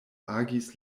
agis